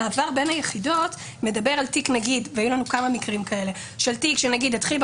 המעבר בין היחידות מדבר על מקרים והיו לנו כמה כאלה של תיק שהתחיל,